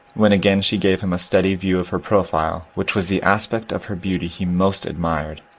when again she gave him a steady view of her profile, which was the aspect of her beauty he most admired,